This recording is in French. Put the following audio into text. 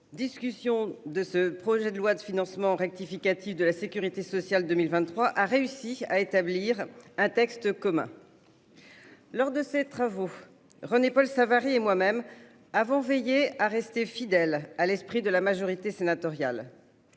discussion du projet de loi de financement rectificative de la sécurité sociale (PLFRSS) pour 2023 est parvenue à établir un texte commun. Lors de ses travaux, René-Paul Savary et moi-même avons veillé à rester fidèles à l'esprit de la majorité sénatoriale.